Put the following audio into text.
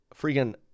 freaking